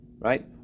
right